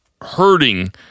hurting